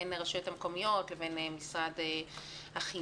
בין הרשויות המקומיות לבין משרד החינוך.